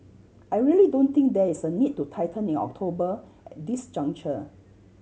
I really don't think there is a need to tighten in October at this juncture